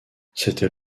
c’était